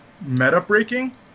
meta-breaking